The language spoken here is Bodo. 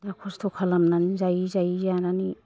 दा खस्थ' खालामनानै जायै जायै जानानै